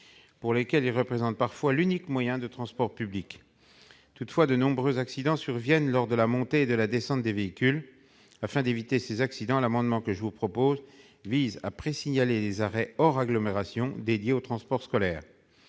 pour lesquels il constitue parfois l'unique moyen de transport public. Toutefois, de nombreux accidents surviennent lors de la montée et de la descente des véhicules. Afin d'éviter cela, je propose de pré-signaler les arrêts hors agglomération dédiés au transport scolaire.